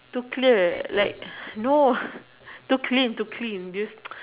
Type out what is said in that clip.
to clear like no to clean to clean this